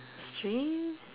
strange